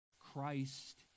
christ